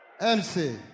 MC